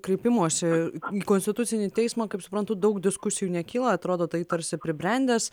kreipimosi į konstitucinį teismą kaip suprantu daug diskusijų nekyla atrodo tai tarsi pribrendęs